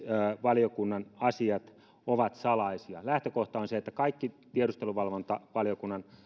valiokunnan asiat ovat salaisia lähtökohta on se että kaikki tiedusteluvalvontavaliokunnan